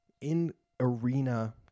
in-arena